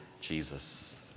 Jesus